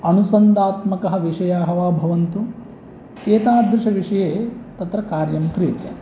अनुसन्धात्मकाः विषयाः वा भवन्तु एतादृशविषये तत्र कार्यं क्रियते